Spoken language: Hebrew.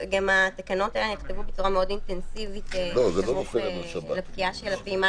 התקנות האלה נכתבו בצורה מאוד אינטנסיבית סמוך לפקיעה של הפעימה